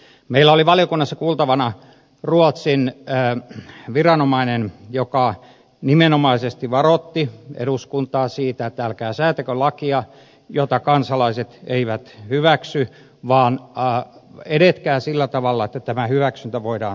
meillä oli valiokunnassa kuultavana ruotsin viranomainen joka nimenomaisesti varoitti eduskuntaa siitä että älkää säätäkö lakia jota kansalaiset eivät hyväksy vaan edetkää sillä tavalla että tämä hyväksyntä voidaan saada